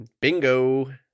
Bingo